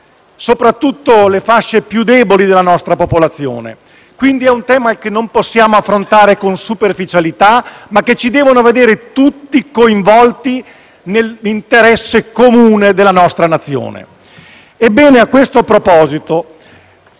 soprattutto le fasce più deboli della nostra popolazione. Quindi, è un tema che non possiamo affrontare con superficialità, ma che ci deve vedere tutti coinvolti nell'interesse comune della nostra Nazione. Ebbene, a questo proposito,